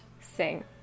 sing